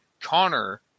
Connor